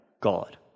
God